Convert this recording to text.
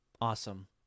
Awesome